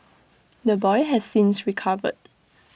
the boy has since recovered